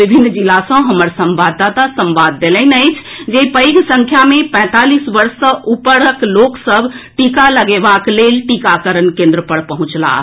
विभिन्न जिला सँ हमर संवावददाता संवाद देलनि अछि जे पैघ संख्या मे पैतालीस वर्ष सँ ऊपरक लोक सभ टीका लगएबाक लेल टीकाकरण केन्द्र पर पहुंचलाह